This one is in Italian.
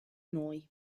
noi